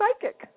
psychic